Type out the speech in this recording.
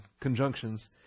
conjunctions